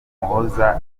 muhoza